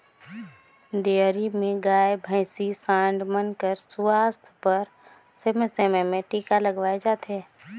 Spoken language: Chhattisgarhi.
डेयरी में गाय, भइसी, सांड मन कर सुवास्थ बर समे समे में टीका लगवाए जाथे